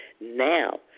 Now